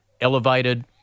elevated